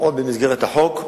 לפחות במסגרת החוק,